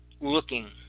looking